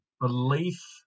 belief